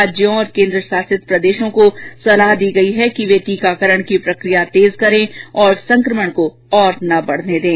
राज्यों और केन्द्र शासित प्रदेशों को सलाह दी गई है कि वे टीकाकरण की प्रक्रिया तेज करें और संक्रमण को और न बढ़ने दें